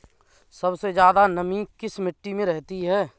सबसे ज्यादा नमी किस मिट्टी में रहती है?